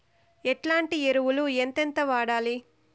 ఎట్లాంటి ఎరువులు ఎంతెంత వాడాలి?